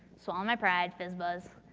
swallow my pride, fizzbuzz,